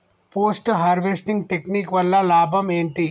Post harvesting technique వల్ల లాభం ఏంటి?